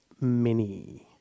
Mini